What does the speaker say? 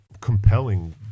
compelling